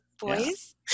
boys